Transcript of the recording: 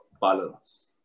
balance